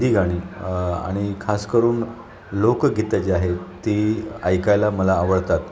हिंदी गाणी आणि खास करून लोकगीतं जी आहेत ती ऐकायला मला आवडतात